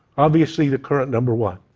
obviously, the current number one.